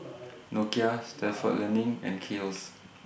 Nokia Stalford Learning and Kiehl's